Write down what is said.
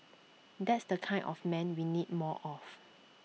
that's the kind of man we need more of